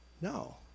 No